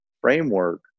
framework